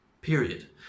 Period